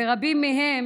ורבים מהם